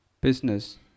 business